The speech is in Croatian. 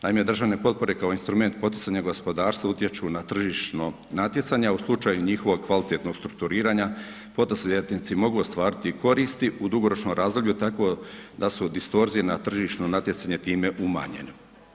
Naime, državne potpore kao instrument poticanja gospodarstva utječu na tržišno natjecanje a u slučaju njihovog kvalitetnog strukturiranja poduzetnici mogu ostvariti i koristi u dugoročnom razdoblju tako da su distorzije na tržišno natjecanje time umanjeni.